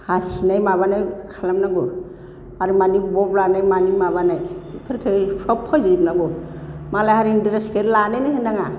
हासिनाय माबानाय खालामनांगौ आरो मानि ब'ब लानाय मानि माबानाय बेफोरखौ सब फोजोब जोबनांगौ मालाय हारिनि ड्रेसखौ लानोनो होनो नाङा